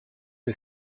que